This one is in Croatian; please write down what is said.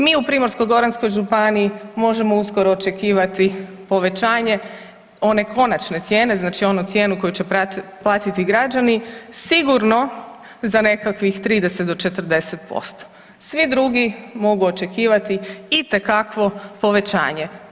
Mi u Primorsko-goranskoj županiji možemo uskoro očekivati povećanje one konačne cijene, znači onu cijenu koju će platiti građani, sigurno za nekakvih 30 do 40%, svi drugi mogu očekivati itekakvo povećanje.